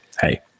hey